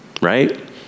right